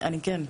אני כן.